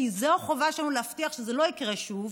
כי זו החובה שלנו להבטיח שזה לא יקרה שוב,